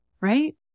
Right